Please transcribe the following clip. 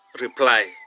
reply